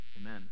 amen